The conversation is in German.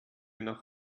nach